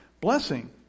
blessing